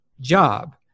job